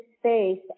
space